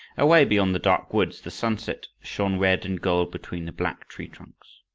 away beyond the dark woods, the sunset shone red and gold between the black tree trunks.